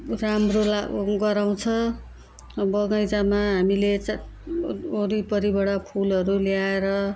राम्रो ला गराउँछ बगैँचामा हामीले चाहिँ वरिपरिबाट फुलहरू ल्याएर